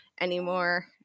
anymore